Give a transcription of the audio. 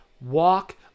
walk